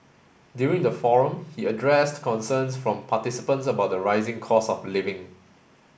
during the forum he addressed concerns from participants about the rising cost of living